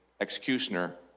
executioner